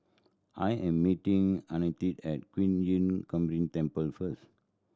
I am meeting Annetta at Qun Yun Temple first